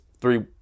three